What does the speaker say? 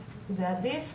זה עדיף,